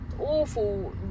awful